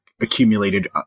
accumulated